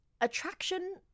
Attraction